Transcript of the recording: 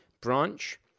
branch